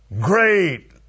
Great